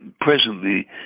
presently